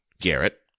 Garrett